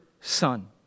Son